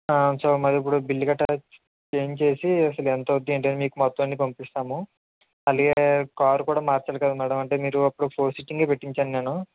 so మరి ఇప్పుడు bill గట్రా చేంజ్ చేసి అసలు ఎంత అవుతుంది ఏంటి మొత్తం అన్ని పంపిస్తాము మళ్ళీ కారు కూడా మార్చాలి కదా మేడం అంటే అప్పుడు మీరు ఫోర్ సిట్టింగే పెట్టించాను నేను